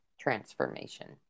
transformation